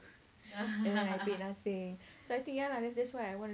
then I pay nothing so I think ya lah that's that's what I want to